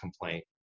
complaint